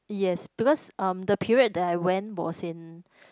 yes because(um) the period that I went was in